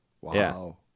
Wow